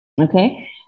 Okay